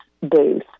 booth